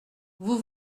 vous